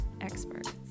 experts